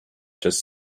just